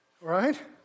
right